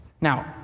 Now